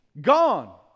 gone